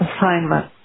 assignment